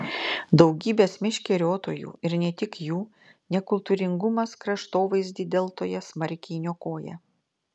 daugybės meškeriotojų ir ne tik jų nekultūringumas kraštovaizdį deltoje smarkiai niokoja